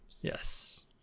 Yes